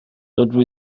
dydw